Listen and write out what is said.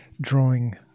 Drawing